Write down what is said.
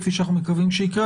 כפי שאנחנו מקווים שיקרה,